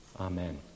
Amen